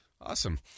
Awesome